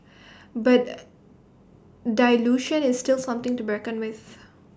but dilution is still something to be reckoned with